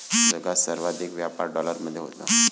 जगात सर्वाधिक व्यापार डॉलरमध्ये होतो